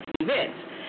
events